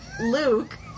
Luke